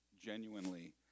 genuinely